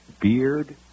beard